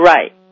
Right